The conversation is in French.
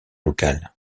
local